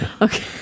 Okay